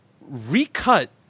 recut